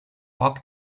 poc